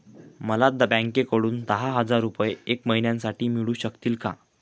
मला बँकेकडून दहा हजार रुपये एक महिन्यांसाठी मिळू शकतील का?